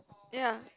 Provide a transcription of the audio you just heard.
ya